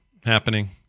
happening